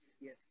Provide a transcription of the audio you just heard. yes